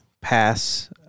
pass